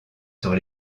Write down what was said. sur